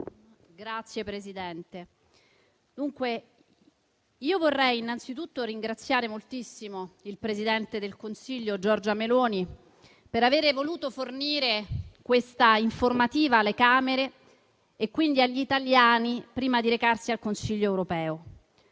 Signor Presidente, vorrei innanzitutto ringraziare moltissimo il Presidente del Consiglio, Giorgia Meloni, per aver voluto fornire questa informativa alle Camere, e quindi agli italiani, prima di recarsi al Consiglio europeo: